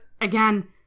again